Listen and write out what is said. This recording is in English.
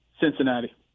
Cincinnati